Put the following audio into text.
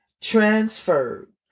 transferred